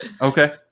Okay